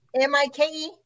M-I-K-E